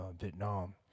Vietnam